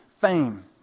fame